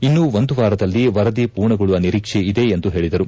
ಇನ್ನು ಒಂದು ವಾರದಲ್ಲಿ ವರದಿ ಪೂರ್ಣಗೊಳ್ಳುವ ನಿರೀಕ್ಷೆ ಇದೆ ಎಂದು ಹೇಳಿದರು